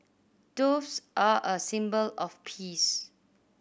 doves are a symbol of peace